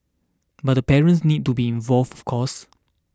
but the parents need to be involved of course